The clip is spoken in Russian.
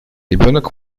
ребенок